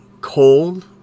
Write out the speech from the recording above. cold